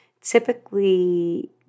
Typically